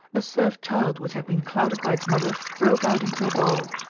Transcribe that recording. a serf child which had been clouted by its mother broke out into a bawl,